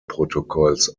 protokolls